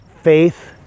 faith